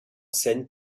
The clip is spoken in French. scène